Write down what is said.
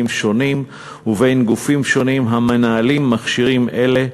שונים ובין גופים שונים המנהלים מכשירים אלה,